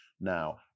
now